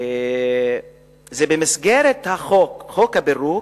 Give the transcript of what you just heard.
במסגרת חוק הפירוק,